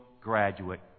graduate